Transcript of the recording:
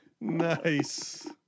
Nice